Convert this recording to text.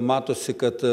matosi kad